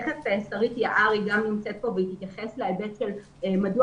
תכף שרית יערי שנמצאת כאן תתייחס לשאלה מדוע